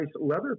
leather